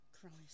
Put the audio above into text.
Christ